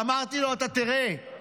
ואמרתי לו: אתה תראה,